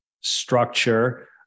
structure